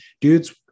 Dudes